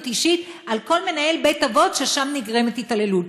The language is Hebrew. אישית על כל מנהל בית-אבות שבו נגרמת התעללות,